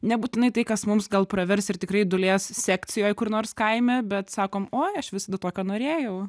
nebūtinai tai kas mums gal pravers ir tikrai dūlės sekcijoj kur nors kaime bet sakom oi aš visada tokio norėjau